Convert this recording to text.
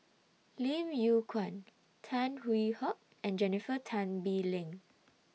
Lim Yew Kuan Tan Hwee Hock and Jennifer Tan Bee Leng